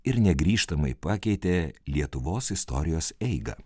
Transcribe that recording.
ir negrįžtamai pakeitė lietuvos istorijos eigą